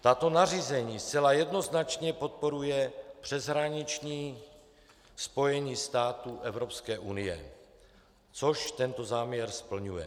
Toto nařízení zcela jednoznačně podporuje přeshraniční spojení států EU, což tento záměr splňuje.